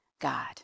God